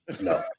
No